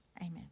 Amen